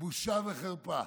בושה וחרפה.